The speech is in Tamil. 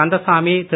கந்தசாமி திரு